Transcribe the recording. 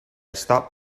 stop